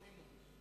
לא אמון.